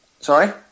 Sorry